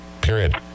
period